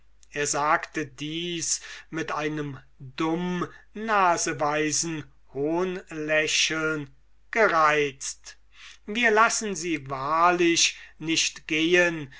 er sagte dies mit einem dummnaseweisen hohnlächeln gereizt wir lassen sie wahrlich nicht gehen